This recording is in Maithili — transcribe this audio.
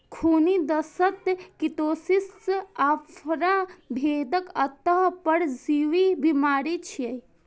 खूनी दस्त, कीटोसिस, आफरा भेड़क अंतः परजीवी बीमारी छियै